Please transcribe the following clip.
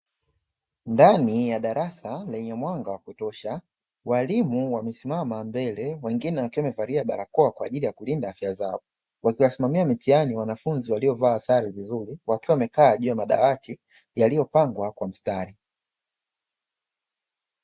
Ndani ya darasa lenye mwanga wa kutosha, walimu wamesimama mbele, wengine wakiwa wamevalia barakoa kwa ajili ya kulinda afya zao, wakiwasimamia mitihani wanafunzi waliovaa sare vizuri, wakiwa wamekaa juu ya madawati yaliyopangwa kwa mstari.